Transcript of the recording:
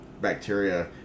bacteria